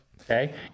okay